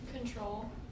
Control